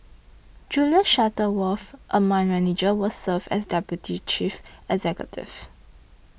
Julie Shuttleworth a mine manager will serve as deputy chief executive